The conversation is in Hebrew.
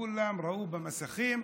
כולם ראו במסכים.